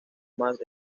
más